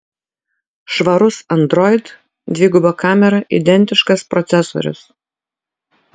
švarus android dviguba kamera identiškas procesorius